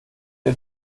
der